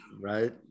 right